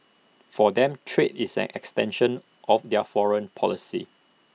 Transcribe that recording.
for them trade is an extension of their foreign policy